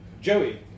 Joey